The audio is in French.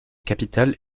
capitale